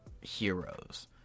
heroes